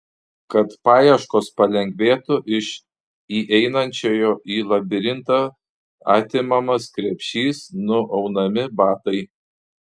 kad paieškos palengvėtų iš įeinančiojo į labirintą atimamas krepšys nuaunami batai